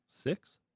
Six